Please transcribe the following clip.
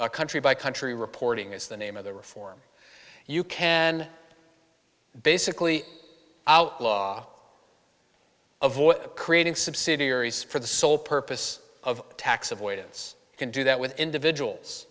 a country by country reporting is the name of the reform you can basically outlaw avoid creating subsidiaries for the sole purpose of tax avoidance can do that with individuals